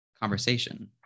conversation